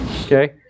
Okay